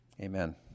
Amen